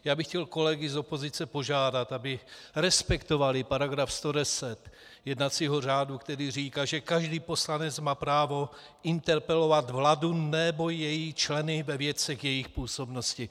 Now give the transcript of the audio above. Já bych chtěl kolegy z opozice požádat, aby respektovali § 110 jednacího řádu, který říká, že každý poslanec má právo interpelovat vládu nebo její členy ve věcech jejich působnosti.